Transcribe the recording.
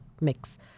mix